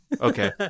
Okay